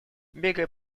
bigger